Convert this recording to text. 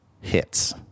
hits